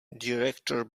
director